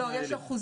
לא, יש אחוזים.